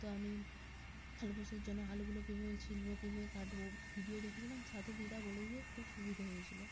তো আমি আলুপোস্তর জন্য আলুগুলোকে কীভাবে ছুলব কীভাবে কাটব ভিডিও দেখেছিলাম সাথে দিদা বলে দিয়ে খুব সুবিধে হয়েছিল